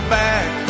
back